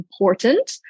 important